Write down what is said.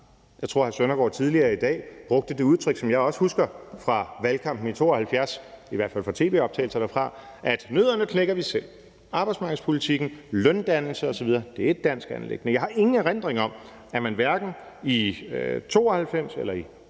hr. Søren Søndergaard tidligere i dag brugte et udtryk, som jeg også husker fra valgkampen i 1972, i hvert fald fra tv-optagelser fra dengang, nemlig at nødderne knækker vi selv; arbejdsmarkedspolitikken, løndannelse osv. er et dansk anliggende. Jeg har ingen erindring om, at man hverken i 1992 eller i